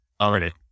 Already